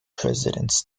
presidents